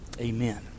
Amen